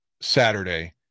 Saturday